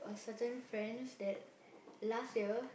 certain friends that last year